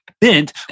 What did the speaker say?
bent